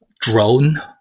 drone